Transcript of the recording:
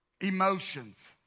emotions